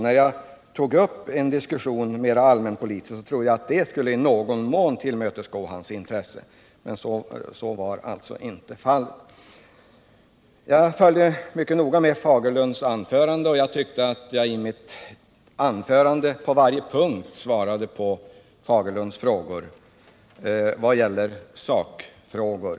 När jag tog upp en mer allmänpolitisk diskussion trodde jag att det i någon mån skulle tillmötesgå Jörn Svenssons intresse, men så var inte fallet. Jag följde mycket noga med Bengt Fagerlunds anförande, och jag tycker att jag i mitt anförande på varje punkt gav Bengt Fagerlund besked i vad gäller sakfrågor.